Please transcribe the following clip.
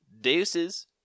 Deuces